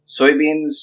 soybeans